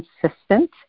consistent